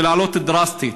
ולהעלות דרסטית.